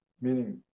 meaning